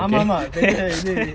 ஆமா மா மா:aama ma ma very hurt already